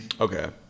Okay